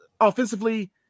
offensively